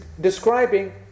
describing